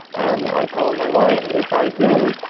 and i told my wife, if i do,